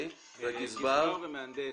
גזבר ומהנדס.